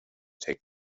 take